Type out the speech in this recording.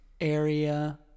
area